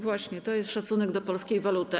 Właśnie, to jest szacunek do polskiej waluty.